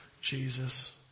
Jesus